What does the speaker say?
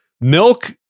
milk